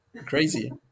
Crazy